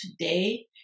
today